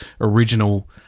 original